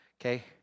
Okay